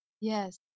Yes